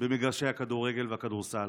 במגרשי הכדורגל והכדורסל,